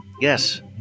Yes